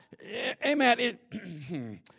amen